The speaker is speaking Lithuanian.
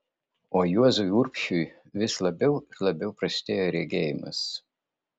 o juozui urbšiui vis labiau ir labiau prastėjo regėjimas